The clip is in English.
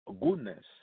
goodness